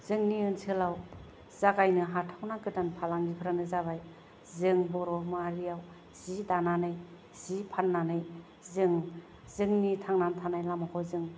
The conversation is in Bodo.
जोंनि ओनसोलाव जागायनो हाथावना गोदान फालांगिफ्रानो जाबाय जों बर' माहारायाव जि दानानै जि फान्नानै जों जोंनि थांनानै थानायनि लामाखौ जों